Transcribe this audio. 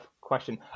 question